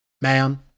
Man